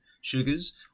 Sugars